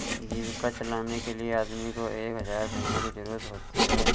जीविका चलाने के लिए आदमी को एक हज़ार भेड़ों की जरूरत होती है